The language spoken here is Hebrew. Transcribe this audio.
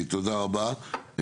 תודה רבה.